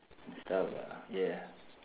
ah yeah